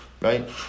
right